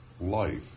life